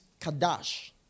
kadash